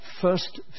first